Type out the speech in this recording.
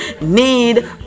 need